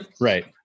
Right